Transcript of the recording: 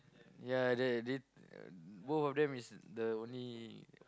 ya they uh both of them is the only